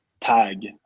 tag